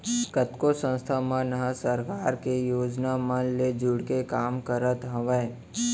कतको संस्था मन ह सरकार के योजना मन ले जुड़के काम करत हावय